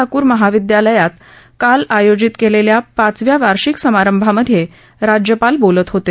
ठाकूर महाविदयालयात काल आयोजित केलेल्या पाचव्या वार्षिक समारंभामध्ये राज्यपाल बोलत होते